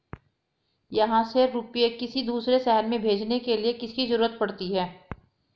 यहाँ से रुपये किसी दूसरे शहर में भेजने के लिए किसकी जरूरत पड़ती है?